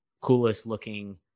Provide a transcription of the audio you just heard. coolest-looking